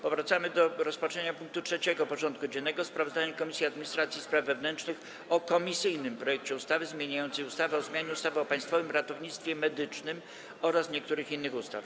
Powracamy do rozpatrzenia punktu 3. porządku dziennego: Sprawozdanie Komisji Administracji i Spraw Wewnętrznych o komisyjnym projekcie ustawy zmieniającej ustawę o zmianie ustawy o Państwowym Ratownictwie Medycznym oraz niektórych innych ustaw.